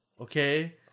okay